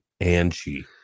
Angie